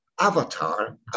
avatar